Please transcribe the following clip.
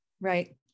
Right